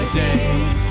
days